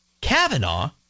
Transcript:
Kavanaugh